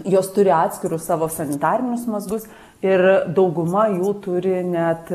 jos turi atskirus savo sanitarinius mazgus ir dauguma jų turi net